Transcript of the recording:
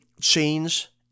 change